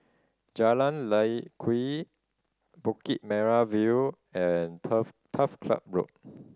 Jalan Lye Kwee Bukit Merah View and Turf Turf Club Road